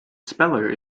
speller